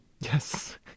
Yes